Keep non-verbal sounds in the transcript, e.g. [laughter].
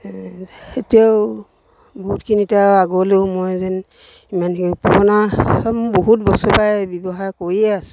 এতিয়াও বহুতখিনি এতিয়া আগলৈও মই যেন ইমানখিনি [unintelligible] বহুত বস্তুৰপৰাই ব্যৱহাৰ কৰিয়ে আছো